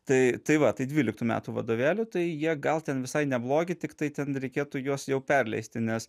tai tai va tai dvyliktų metų vadovėlių tai jie gal ten visai neblogi tiktai ten reikėtų juos jau perleisti nes